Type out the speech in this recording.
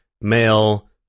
male